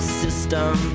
system